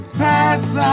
paths